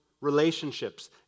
relationships